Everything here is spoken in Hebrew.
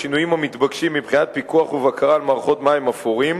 בשינויים המתבקשים מבחינת פיקוח ובקרה על מערכות מים אפורים,